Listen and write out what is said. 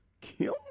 Kim